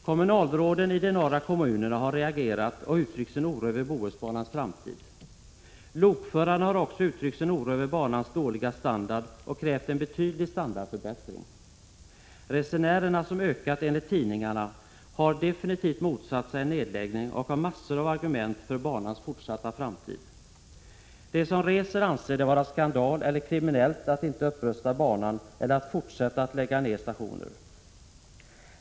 Kommunalråden i de norra kommunerna har reagerat och uttryckt sin oro över Bohusbanans framtid. Lokförarna har också uttryckt sin oro över banans dåliga standard och krävt en betydande standardförbättring. Resenärerna, som enligt tidningarna ökat, har definitivt motsatt sig en nedläggning och har massor av argument för banans fortsatta framtid. De som reser anser det vara skandalöst eller kriminellt att inte upprusta banan eller att fortsätta att lägga ner stationer.